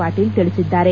ಪಾಟೀಲ್ ತಿಳಿಸಿದ್ದಾರೆ